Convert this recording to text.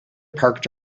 parked